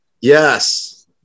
Yes